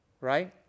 Right